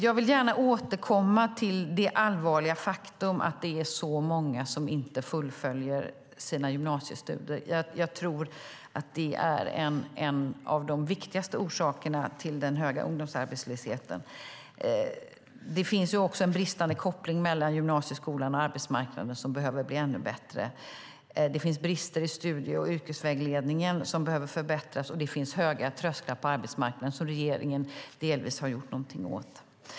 Jag vill gärna återkomma till det allvarliga faktum att så många inte fullföljer sina gymnasiestudier. Jag tror att det är en av de viktigaste orsakerna till den höga ungdomsarbetslösheten. Det finns en bristande koppling mellan gymnasieskolan och arbetsmarknaden. Den behöver bli bättre. Det finns brister i studie och yrkesvägledningen, som behöver förbättras. Och det finns höga trösklar på arbetsmarknaden, vilket regeringen delvis gjort någonting åt.